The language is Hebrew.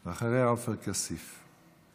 ואחריה, עופר כסיף.